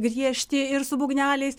griežti ir su būgneliais